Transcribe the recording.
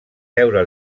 veure